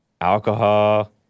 alcohol